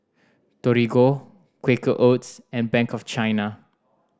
Torigo Quaker Oats and Bank of China